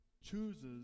chooses